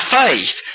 faith